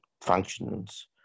functions